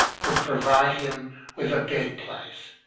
would provide him with a bed-place.